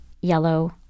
yellow